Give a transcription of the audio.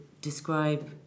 describe